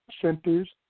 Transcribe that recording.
centers